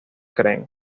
creen